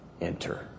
enter